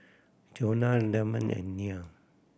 Johnna Damion and Nia